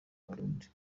barundi